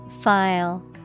File